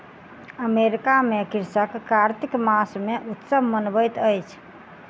America में कृषक कार्तिक मास मे उत्सव मनबैत अछि